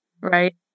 right